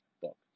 book